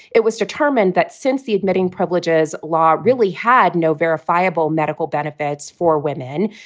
it was determined that since the admitting privileges law really had no verifiable medical benefits for women,